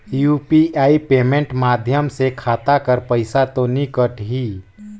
UPI payment माध्यम से खाता कर पइसा तो नी कटही?